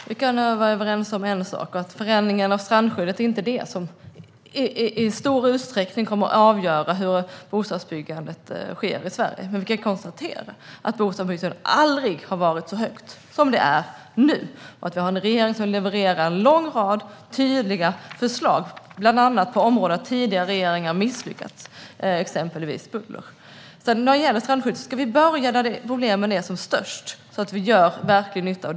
Herr talman! Vi kan vara överens om en sak: Förändringen av strandskyddet är inte det som i stor utsträckning kommer att avgöra hur bostadsbyggandet sker i Sverige. Men vi kan konstatera att bostadsbyggandet aldrig har varit så högt som det är nu och att vi har en regering som levererar en lång rad tydliga förslag, bland annat på områden där tidigare regeringar har misslyckats. Jag tänker exempelvis på bubblor. När det gäller strandskyddet ska vi börja där problemen är som störst så att vi gör verklig nytta.